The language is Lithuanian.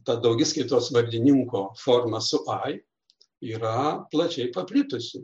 ta daugiskaitos vardininko forma su ai yra plačiai paplitusi